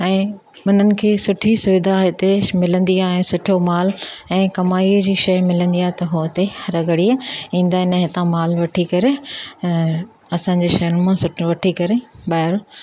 ऐं हुननि खे सुठी सुविधा हिते मिलंदी आहे ऐं सुठो माल ऐं कमाईअ जी शइ मिलंदी आहे त उहो इते हरघड़ीअ ईंदा आहिनि ऐं हितां माल वठी करे असांजे शहर मां सुठी वठी करे ॿाहिरि